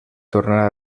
tornar